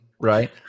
right